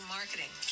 Marketing